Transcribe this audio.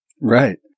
right